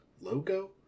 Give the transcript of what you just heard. logo